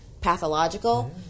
pathological